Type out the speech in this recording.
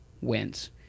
wins